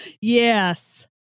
Yes